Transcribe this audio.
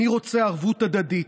אני רוצה ערבות הדדית".